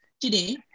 today